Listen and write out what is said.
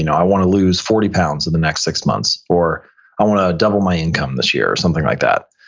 you know i want to lose forty pounds in the next six months, or i want to double my income this year, or something like that.